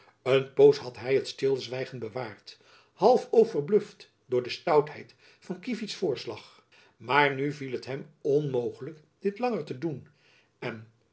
een poos had hy het stilzwijgen bewaardj half overbluft door de stoutheid van kievits voorslag maar nu viel het hem onmogelijk dit langer te doen en